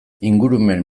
ingurumen